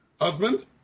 Husband